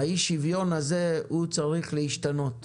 אי השוויון הזה צריך להשתנות.